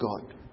God